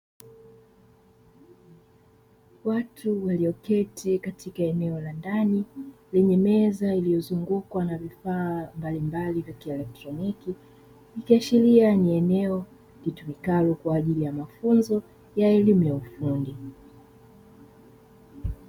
Watu walioketi katika eneo la ndani lenye meza iliyozungukwa na vifaa mbalimbali vya kielektroniki, ikiashiria ni eneo litumikalo kwa ajili mafunzo ya elimu ya ufundi.